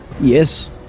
yes